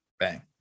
bang